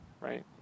right